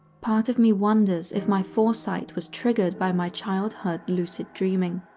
part of me wonders if my foresight was trigger by my childhood lucid dreaming.